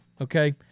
okay